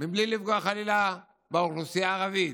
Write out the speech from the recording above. בלי לפגוע, חלילה, באוכלוסייה הערבית.